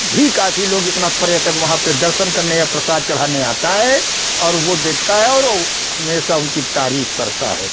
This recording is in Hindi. भी काफ़ी लोग जितने पर्यटक वहाँ पर दर्शन करने या प्रसाद चढ़ाने आते हैं और वह देखते हैं और वह हमेशा उनकी तारीफ़ करते हैं